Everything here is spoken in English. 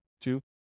Two